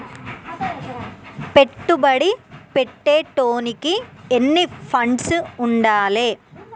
పెట్టుబడి పెట్టేటోనికి ఎన్ని ఫండ్స్ ఉండాలే?